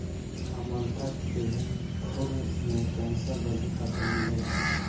कामलता के फूल में कैंसर रोधी तत्व मिलेला